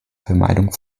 vermeidung